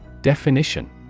Definition